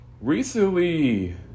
Recently